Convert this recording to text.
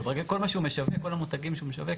כל מה שהוא משווק, כל המותגים שהוא משווק